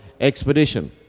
expedition